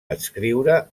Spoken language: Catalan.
adscriure